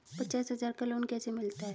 पचास हज़ार का लोन कैसे मिलता है?